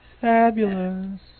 Fabulous